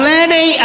Lenny